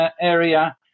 area